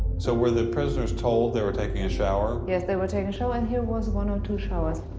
so, were the prisoners told they were taking a shower? yes, they were taking a shower, and here was one or two showers.